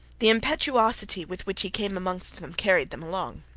the impetuosity with which he came amongst them carried them along.